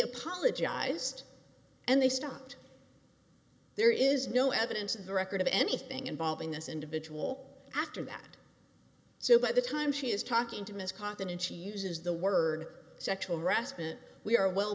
apologized and they stopped there is no evidence in the record of anything involving this individual after that so by the time she is talking to ms cotton and she uses the word sexual harassment we are well